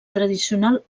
tradicional